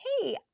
Hey